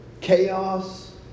Chaos